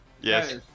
Yes